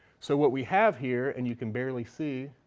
so what we have here, and you can barely see,